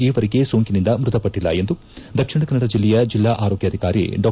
ಈವರೆಗೆ ಸೋಂಕಿನಿಂದ ಮೃತಪಟ್ಟಿಲ್ಲ ಎಂದು ದಕ್ಷಿಣ ಕನ್ನಡ ಜಿಲ್ಲೆಯ ಜಿಲ್ಲಾ ಆರೋಗ್ಯಾಧಿಕಾರಿ ಡಾ